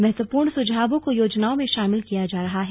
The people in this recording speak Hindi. महत्वपूर्ण सुझावों को योजनाओं में शामिल किया जा रहा है